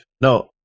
No